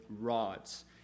rods